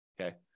okay